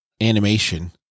animation